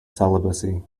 celibacy